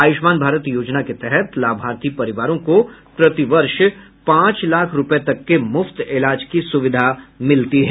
आयुष्मान भारत योजना के तहत लाभार्थी परिवारों को प्रतिवर्ष पांच लाख रुपये तक के मुफ्त इलाज की सुविधा मिलती है